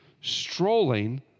strolling